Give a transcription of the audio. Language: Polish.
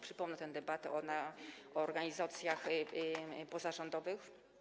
Przypomnę tę debatę o organizacjach pozarządowych.